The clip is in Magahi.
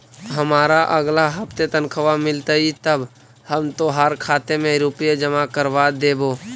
हमारा अगला हफ्ते तनख्वाह मिलतई तब हम तोहार खाते में रुपए जमा करवा देबो